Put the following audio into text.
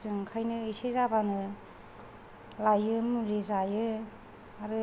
जों ओंखायनो इसे जाबानो लायो मुलि जायो आरो